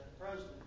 president